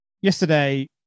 yesterday